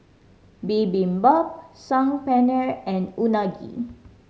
Bibimbap Saag Paneer and Unagi